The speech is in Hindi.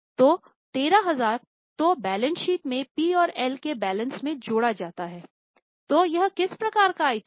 तो 13000 को बैलेंस शीट में पी और एल के बैलेंस में जोड़ा जाता है तो यह किस प्रकार का आइटम है